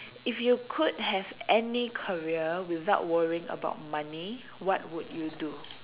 if you could have any career without worrying about money what would you do